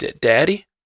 Daddy